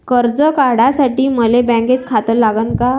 कर्ज काढासाठी मले बँकेत खातं लागन का?